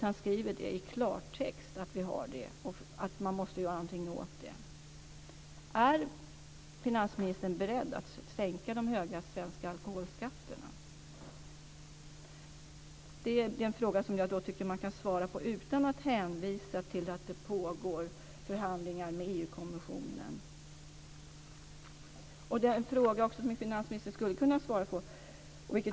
Han skriver i klartext att vi har det och att man måste göra någonting åt det. Är finansministern beredd att sänka de höga svenska alkoholskatterna? Det är en fråga jag tycker att man kan svara på utan att hänvisa till att det pågår förhandlingar med EU-kommissionen. Det finns en annan fråga som finansministern också skulle kunna svara på.